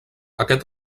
aquest